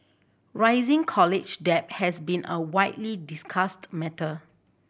rising college debt has been a widely discussed matter